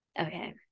Okay